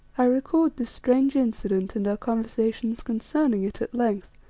i record this strange incident, and our conversations concerning it at length,